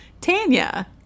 tanya